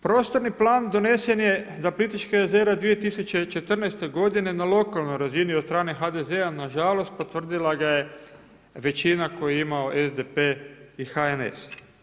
Prostorni plan donesen je za Plitvička jezera 2014. godine na lokalnoj razini od strane HDZ-a, nažalost potvrdila ga je većina koju je imao SDP i HNS.